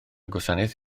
gwasanaeth